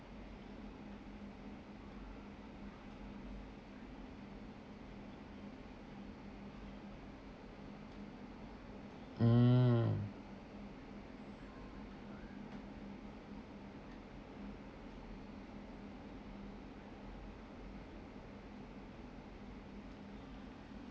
mm